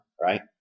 right